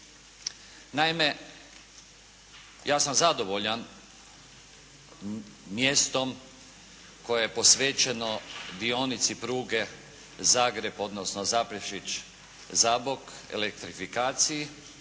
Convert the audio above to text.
Naime ja sam zadovoljan mjestom koje je posvećenom dionici pruge Zagreb odnosno Zaprešić-Zabok, elektrifikaciji